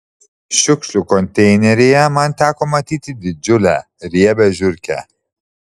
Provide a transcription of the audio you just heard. šiukšlių konteineryje man teko matyti didžiulę riebią žiurkę